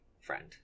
friend